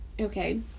okay